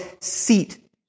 seat